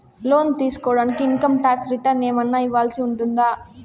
లోను తీసుకోడానికి income tax returns ఏమన్నా ఇవ్వాల్సి ఉంటుందా